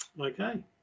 Okay